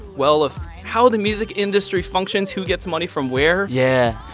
well of how the music industry functions, who gets money from where yeah.